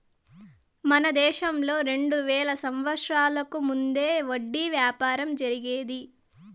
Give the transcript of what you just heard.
మన దేశంలో రెండు వేల సంవత్సరాలకు ముందే వడ్డీ వ్యాపారం జరిగేది